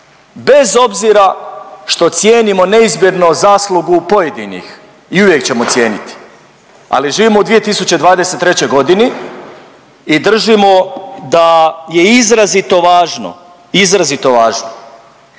bez obzira što cijenimo neizmjerno zaslugu pojedinih i uvijek ćemo cijeniti, ali živimo u 2023. g. i držimo da je izrazito važno, izrazito važno